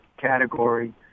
category